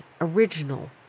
original